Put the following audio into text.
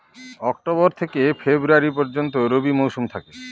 October থেকে February পর্যন্ত রবি মৌসুম থাকে